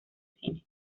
cine